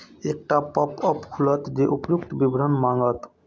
एकटा पॉपअप खुलत जे उपर्युक्त विवरण मांगत